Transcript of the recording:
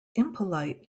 impolite